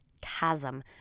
chasm